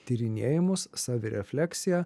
tyrinėjimus savirefleksiją